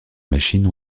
machines